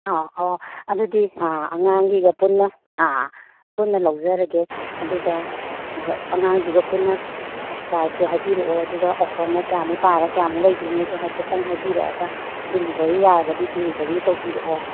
ꯑꯥ ꯑꯣ ꯑꯗꯨꯗꯤ ꯑꯥ ꯑꯉꯥꯡꯒꯤꯒ ꯄꯨꯟꯅ ꯑꯥ ꯄꯨꯟꯅ ꯂꯧꯖꯔꯒꯦ ꯑꯗꯨꯒ ꯑꯉꯥꯡꯗꯨꯒ ꯄꯨꯟꯅ ꯄ꯭ꯔꯥꯏꯖꯁꯨ ꯍꯥꯏꯕꯤꯔꯛꯑꯣ ꯑꯗꯨꯒ ꯑꯣꯐꯔꯅ ꯀꯌꯥꯃꯨꯛ ꯇꯥꯔꯥ ꯀꯌꯥꯃꯨꯛ ꯂꯩꯗꯣꯏꯅꯣꯗꯣ ꯍꯥꯏꯐꯦꯠꯇꯪ ꯍꯥꯏꯕꯤꯔꯛꯑꯒ ꯗꯤꯂꯤꯕꯔꯤ ꯌꯥꯔꯒꯗꯤ ꯗꯤꯂꯤꯕꯔꯤ ꯇꯧꯕꯤꯔꯛꯑꯣ